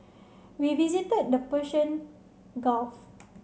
we visited the Persian Gulf